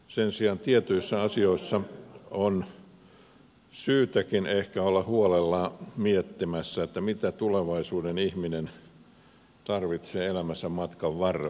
sen sijaan tietyissä asioissa on syytäkin ehkä olla huolella miettimässä mitä tulevaisuuden ihminen tarvitsee elämänsä matkan varrella